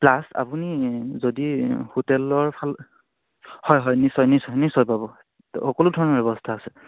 plus আপুনি যদি হোটেলৰ ফাল হয় হয় নিশ্চয় নিশ্চয় নিশ্চয় পাব সকলো ধৰণৰ ব্যৱস্থা আছে